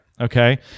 okay